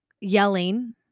yelling